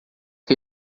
que